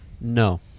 No